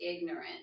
ignorant